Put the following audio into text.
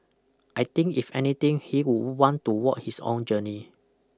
I think if anything he would want to walk his own journey